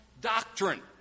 doctrine